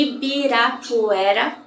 Ibirapuera